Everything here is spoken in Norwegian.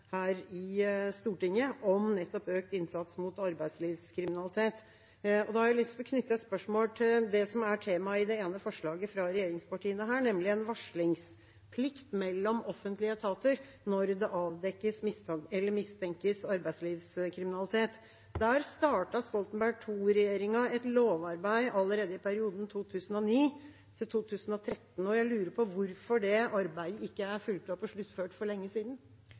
her i Stortinget, om nettopp økt innsats mot arbeidslivskriminalitet. Da har jeg lyst til å knytte et spørsmål til temaet i det ene forslaget fra regjeringspartiene, nemlig en varslingsplikt mellom offentlige etater når det mistenkes arbeidslivskriminalitet. Der startet Stoltenberg II-regjeringa et lovarbeid allerede i perioden 2009–2013, og jeg lurer på hvorfor det arbeidet ikke er fulgt opp og sluttført for lenge siden.